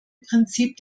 prinzip